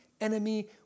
enemy